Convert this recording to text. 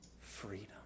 freedom